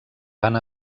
van